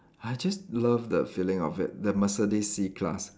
I just love the feeling of it the Mercedes C class